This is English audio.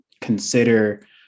consider